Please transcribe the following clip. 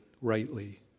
rightly